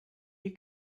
you